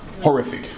horrific